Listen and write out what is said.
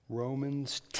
Romans